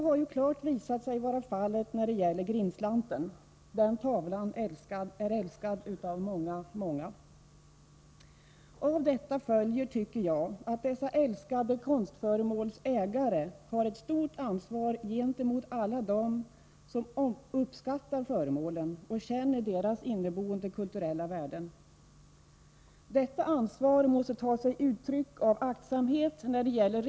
Helt klart är det så när det gäller Grindslanten. Den tavlan är älskad av många, många människor. Av detta följer, tycker jag, att ägarna till dessa älskade konstföremål har ett stort ansvar gentemot alla dem som uppskattar föremålen och känner deras inneboende kulturella värden. Detta ansvar måste ta sig uttryck i hindra att värdefull konst säljs till utlandet aktsamhet.